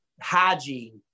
hygiene